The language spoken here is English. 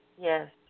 Yes